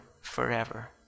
forever